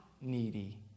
needy